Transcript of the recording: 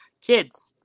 kids